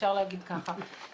אפשר להגיד כך.